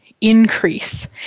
increase